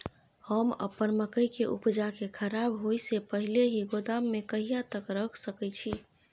हम अपन मकई के उपजा के खराब होय से पहिले ही गोदाम में कहिया तक रख सके छी?